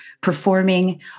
performing